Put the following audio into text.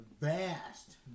vast